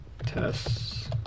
tests